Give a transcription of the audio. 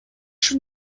schon